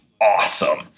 awesome